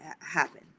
happen